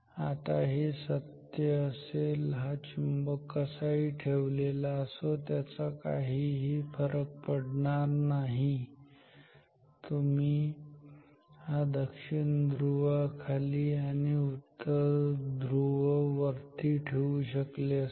आता हे सत्य असेल हा चुंबक कसाही ठेवलेला असो त्याचा फरक पडणार नाही तुम्ही हा दक्षिण ध्रुव खाली आणि उत्तर ध्रुव वरती ठेवू शकले असते